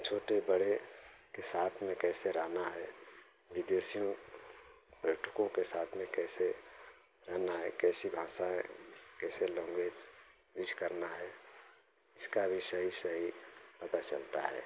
छोटे बड़े के साथ में कैसे रहना है विदेशियों पर्यटकों के साथ में कैसे रहना है कैसी भाषाएँ कैसा लैंग्वेज यूज करना है इसका भी सही सही पता चलता है